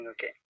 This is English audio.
Okay